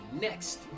next